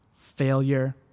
failure